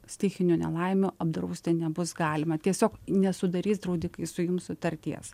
stichinių nelaimių apdrausti nebus galima tiesiog nesudarys draudikai su jum sutarties